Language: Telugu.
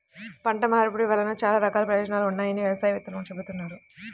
పంట మార్పిడి వలన చాలా రకాల ప్రయోజనాలు ఉన్నాయని వ్యవసాయ వేత్తలు చెబుతున్నారు